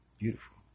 beautiful